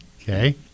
Okay